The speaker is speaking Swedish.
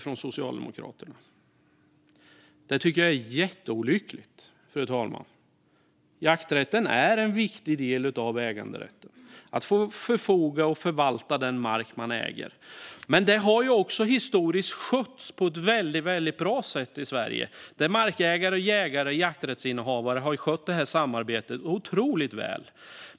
Det tycker jag är jätteolyckligt, fru talman. Jakträtten är en viktig del av rätten att förfoga över och förvalta den mark man äger. Historiskt sett har det också skötts på ett väldigt bra sätt i Sverige. Markägare, jägare och jakträttsinnehavare har skött det här samarbetet otroligt väl.